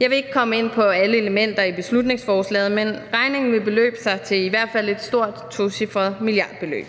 Jeg vil ikke komme ind på alle elementer i beslutningsforslaget, men regningen vil beløbe sig til i hvert fald et stort tocifret milliardbeløb.